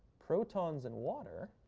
protons in water,